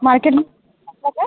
मार्केटमधून बोलता का